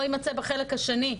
לא יימצא בחלק השני.